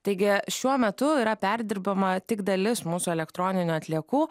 taigi šiuo metu yra perdirbama tik dalis mūsų elektroninių atliekų